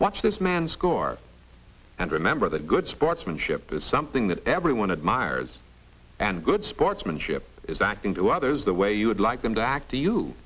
watch this man's score and remember that good sportsmanship is something that everyone admires and good sportsmanship is acting to others the way you would like them to act do you